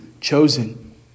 chosen